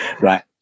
Right